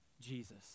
Jesus